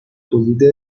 تولید